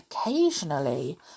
Occasionally